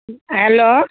hello